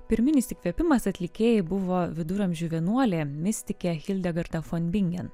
pirminis įkvėpimas atlikėjai buvo viduramžių vienuolė mistikė hildegarda fon bingen